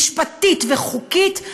משפטית וחוקית,